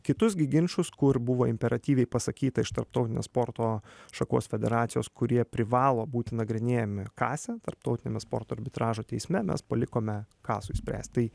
kitus gi ginčus kur buvo imperatyviai pasakyta iš tarptautinės sporto šakos federacijos kurie privalo būti nagrinėjami kase tarptautiniame sporto arbitražo teisme mes palikome kasui spręsti tai